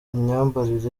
imyambarire